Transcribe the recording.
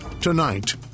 Tonight